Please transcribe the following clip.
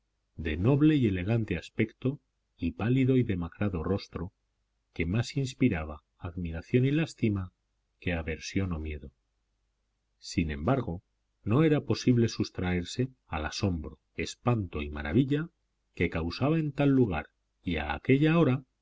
de noble y elegante aspecto y pálido y demacrado rostro que más inspiraba admiración y lástima que aversión o miedo sin embargo no era posible sustraerse al asombro espanto y maravilla que causaba en tal lugar y a aquella hora